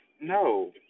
no